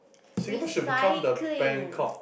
recycling